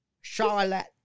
Charlotte